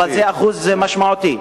אבל זה אחוז משמעותי,